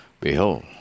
Behold